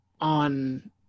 on